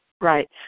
Right